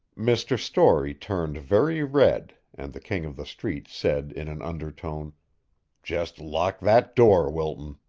mr. storey turned very red, and the king of the street said in an undertone just lock that door, wilton.